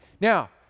Now